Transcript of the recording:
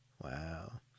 Wow